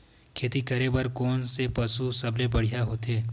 खेती करे बर कोन से पशु सबले बढ़िया होथे?